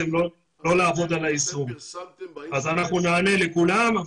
נענה לכולם,